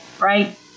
right